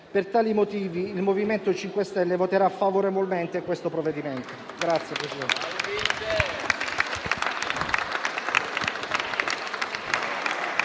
Per tali motivi, il MoVimento 5 Stelle voterà favorevolmente su questo provvedimento.